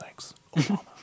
Thanks